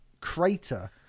crater